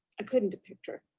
ah couldn't depict her.